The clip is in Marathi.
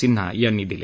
सिन्हा यांनी दिले